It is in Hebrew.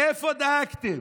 איפה דאגתם?